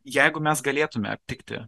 jeigu mes galėtume aptikti